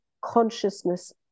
consciousness